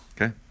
okay